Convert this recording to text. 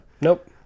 nope